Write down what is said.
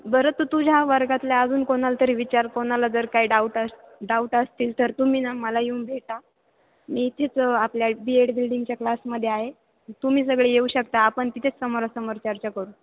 बरं तं तुझ्या वर्गातल्या अजून कोणाला तरी विचार कोणाला जर काही डाऊट अस डाऊट असतील तर तुम्ही ना मला येऊन भेटा मी इथेच आपल्या बी एड बिल्डिंगच्या क्लासमध्ये आहे तुम्ही सगळे येऊ शकता आपण तिथेच समोरासमोर चर्चा करू